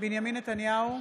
בנימין נתניהו,